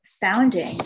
founding